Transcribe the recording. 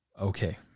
Okay